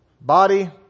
body